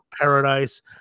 paradise